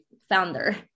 founder